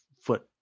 foot